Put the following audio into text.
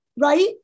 right